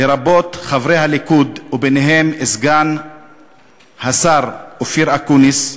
לרבות חברי הליכוד, ובהם סגן השר אופיר אקוניס,